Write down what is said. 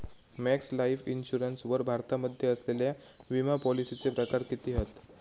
Max Life Insurance वर भारतामध्ये असलेल्या विमापॉलिसीचे प्रकार किती हत?